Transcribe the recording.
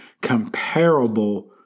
comparable